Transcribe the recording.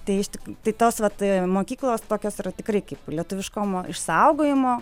tai iš tik tai tos vat mokyklos tokios yra tikrai kaip lietuviškumo išsaugojimo